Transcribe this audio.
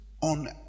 on